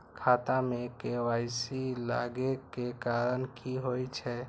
खाता मे के.वाई.सी लागै के कारण की होय छै?